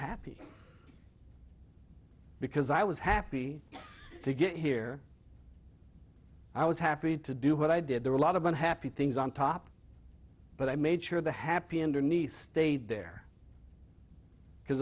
happy because i was happy to get here i was happy to do what i did there are a lot of unhappy things on top but i made sure the happy and or nice stayed there because